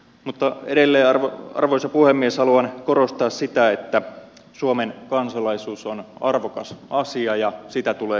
mutta edelleen arvoisa puhemies haluan korostaa sitä että suomen kansalaisuus on arvokas asia ja sitä tulee kunnioittaa